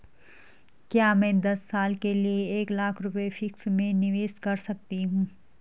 क्या मैं दस साल के लिए एक लाख रुपये फिक्स में निवेश कर सकती हूँ?